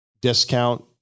discount